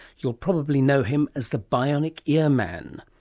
you'll probably know him as the bionic ear man.